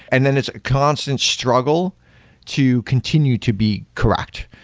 and then it's a constant struggle to continue to be correct.